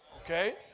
Okay